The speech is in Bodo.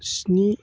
स्नि